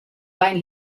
bain